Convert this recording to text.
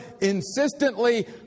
insistently